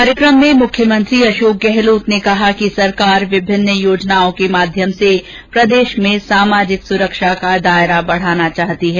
कार्यक्रम में मुख्यमंत्री अषोक गहलोत ने कहा कि सरकार विभिन्न योजनाओं के माध्यम से प्रदेष में सामाजिक सुरक्षा का दायरा बढाना चाहती है